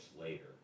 later